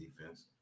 defense